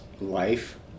life